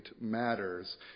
matters